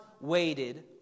waited